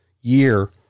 year